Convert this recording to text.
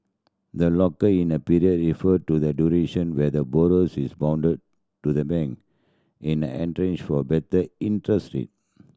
the locker in a period refer to the duration where the borrowers is bounded to the bank in for better interest rate